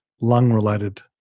lung-related